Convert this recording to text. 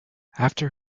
after